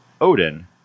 Odin